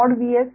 V s